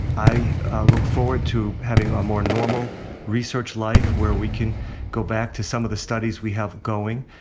i look forward to having a more normal research life, where we can go back to some of the studies we have going,